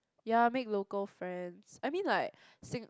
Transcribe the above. ya make local friends I mean like Sing~